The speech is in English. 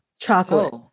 Chocolate